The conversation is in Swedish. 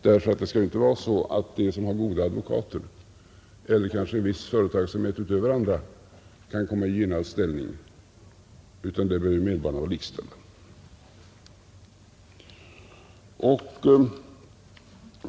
Det skall ju inte vara så att de som har goda advokater — eller kanske en viss företagsamhet utöver vad andra har — kan komma i gynnad ställning, utan medborgarna bör vara likställda.